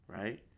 right